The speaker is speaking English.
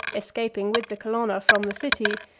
escaping with the colonna from the city,